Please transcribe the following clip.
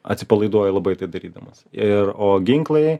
atsipalaiduoji labai tai darydamas ir o ginklai